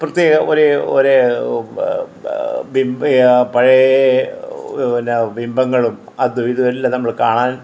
പ്രത്യേക ഒരെ ഒരു ബിംബ പഴയ പിന്നെ ബിംബങ്ങളും അതും ഇതും എല്ലാം നമ്മൾ കാണാൻ